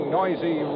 noisy